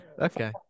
Okay